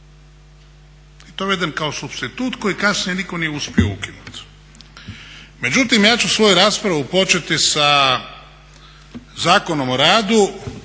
To je uvedeno kao supstitut koji kasnije nitko nije uspio ukinut. Međutim, ja ću svoju raspravu početi sa Zakonom o radu